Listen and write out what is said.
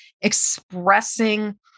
expressing